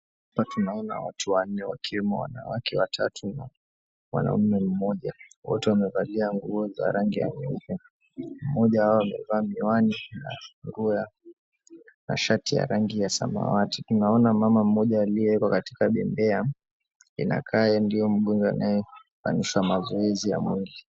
Hapa tunaona watu wanne wakiwemo wanawake watatu na mwanaume mmoja wote wamevalia nguo za rangi ya nyeupe. Mmoja wao amevaa miwani na nguo na shati ya rangi ya samawati. Tunaona mama mmoja aliyeekwa katika bembea inakaa yeye ndio mgonjwa anayefanyishwa mazoezi ya mwili.